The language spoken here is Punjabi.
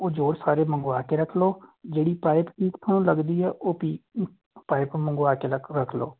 ਉਹ ਜੋੜ ਸਾਰੇ ਮੰਗਵਾ ਕੇ ਰੱਖ ਲਓ ਜਿਹੜੀ ਪਾਈਪ ਲੀਕ ਤੁਹਾਨੂੰ ਲੱਗਦੀ ਹੈ ਉਹ ਪੀਪ ਪਾਈਪ ਮੰਗਵਾ ਕੇ ਰੱਖ ਰੱਖ ਲਓ